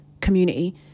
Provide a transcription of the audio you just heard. community